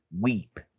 weep